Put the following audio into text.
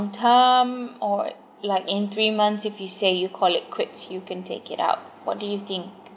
term or like in three months if you say you call it quits you can take it out what do you think